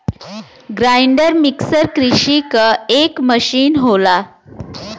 grinder mixer कृषि क एक मसीन होला